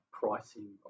pricing